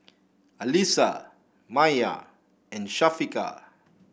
Alyssa Maya and Syafiqah